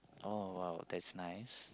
oh !wow! that's nice